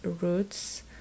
roots